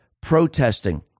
protesting